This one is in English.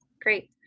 great